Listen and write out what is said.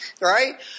right